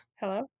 Hello